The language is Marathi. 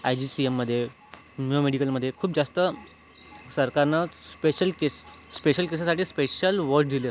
आय जी सी एममध्ये मेयो मेडिकलमध्ये खूप जास्त सरकारनं स्पेशल केस स्पेशल केसेससाठी स्पेशल वॉर्ड दिले असते